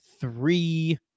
three